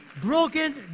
broken